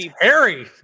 Harry